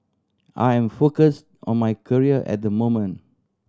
I am focused on my career at the moment